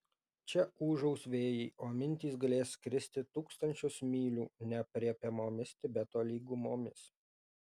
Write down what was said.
čia ūžaus vėjai o mintys galės skristi tūkstančius mylių neaprėpiamomis tibeto lygumomis